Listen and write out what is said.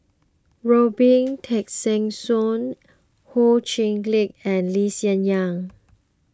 Robin Tessensohn Ho Chee Lick and Lee Hsien Yang